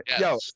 Yo